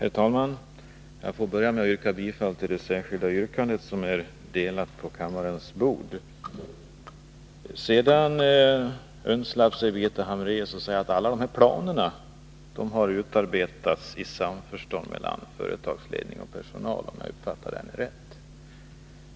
Herr talman! Jag får börja med att yrka bifall till det särskilda yrkande som är delat till kammarens ledamöter. Birgitta Hambraeus lät undslippa sig några ord om att alla planer har utarbetats i samförstånd mellan företagsledningen och personalen — om jag uppfattade henne rätt.